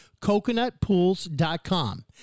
Coconutpools.com